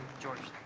george